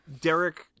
Derek